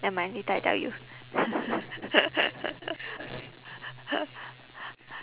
never mind later I tell you